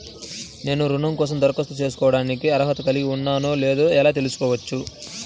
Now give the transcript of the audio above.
నేను రుణం కోసం దరఖాస్తు చేసుకోవడానికి అర్హత కలిగి ఉన్నానో లేదో ఎలా తెలుసుకోవచ్చు?